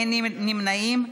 אין נמנעים.